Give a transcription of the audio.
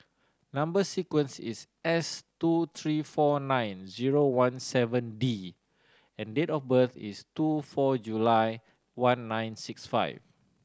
number sequence is S two three four nine zero one seven D and date of birth is two four July one nine six five